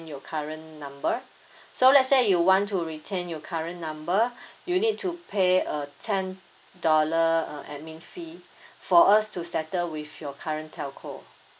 your current number so let's say you want to retain your current number you need to pay a ten dollar uh admin fee for us to settle with your current telco